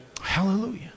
Hallelujah